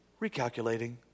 recalculating